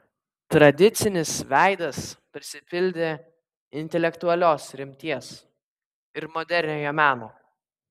tradicinis veidas prisipildė intelektualios rimties ir moderniojo meno